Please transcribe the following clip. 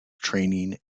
training